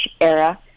era